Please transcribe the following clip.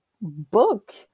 book